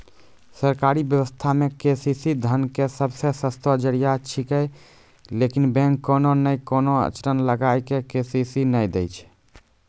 सरकारी व्यवस्था मे के.सी.सी धन के सबसे सस्तो जरिया छिकैय लेकिन बैंक कोनो नैय कोनो अड़चन लगा के के.सी.सी नैय दैय छैय?